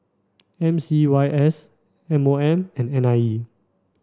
M C Y S M O M and N I E